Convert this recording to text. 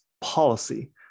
policy